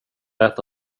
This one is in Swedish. äta